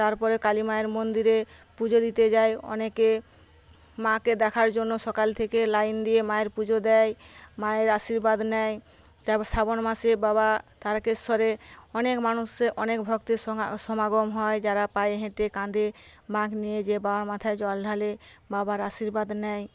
তারপরে কালী মায়ের মন্দিরে পুজো দিতে যায় অনেকে মাকে দেখার জন্য সকাল থেকে লাইন দিয়ে মায়ের পুজো দেয় মায়ের আশীর্বাদ নেয় তারপর শ্রাবণ মাসে বাবা তারকেশ্বরে অনেক মানুষ অনেক ভক্তের সমাগম হয় যারা পায়ে হেঁটে কাঁধে বাঁক নিয়ে যেয়ে বাবার মাথায় জল ঢালে বাবার আশীর্বাদ নেয়